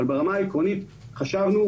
ברמה העקרונית חשבנו,